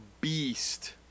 beast